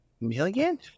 million